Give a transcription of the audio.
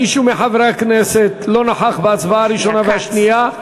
מישהו מחברי הכנסת לא נכח בהצבעה הראשונה והשנייה?